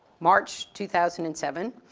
march two thousand and seven,